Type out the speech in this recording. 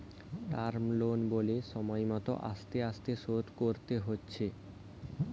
term loan বলে সময় মত আস্তে আস্তে শোধ করতে হচ্ছে